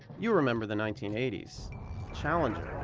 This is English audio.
you remember the nineteen eighty s challenger,